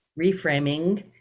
reframing